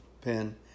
pen